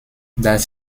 das